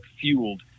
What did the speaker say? fueled